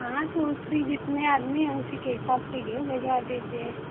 हाँ तो उसी जितने आदमी उसी के हिसाब से घी भिजवा दीजिए